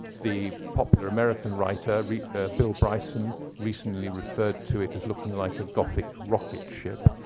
the popular american writer bill bryson recently referred to it as looking like a gothic rocketship.